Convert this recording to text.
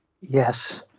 Yes